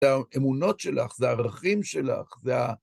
האמונות שלך, זה הערכים שלך, זה ה...